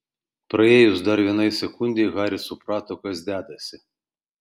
praėjus dar vienai sekundei haris suprato kas dedasi